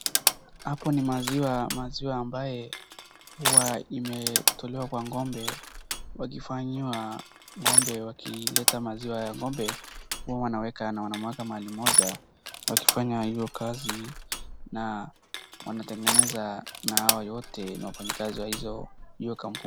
Hapo ni maziwa, maziwa ambaye huwa imetolewa kwa ng'ombe wakifanyiwa ng'ombe wakileta maziwa ya ng'ombe huwa wanaweka na wanamwaga mahali moja ,wakifanya hiyo kazi na watengeneza na hao wote ni wafanyikazi wa hiyo kampuni.